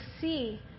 see